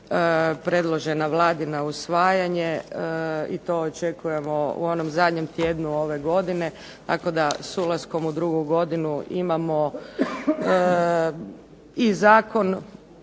predložena Vladi na usvajanje i to očekujemo u onom zadnjem tjednu ove godine tako da s ulaskom u drugu godinu imamo i zakon